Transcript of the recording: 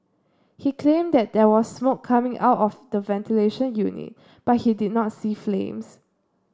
he claimed that there was smoke coming out of the ventilation unit but he did not see flames